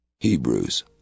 Hebrews